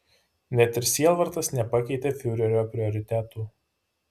net ir sielvartas nepakeitė fiurerio prioritetų